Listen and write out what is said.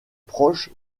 proche